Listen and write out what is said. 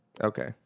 Okay